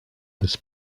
this